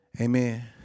Amen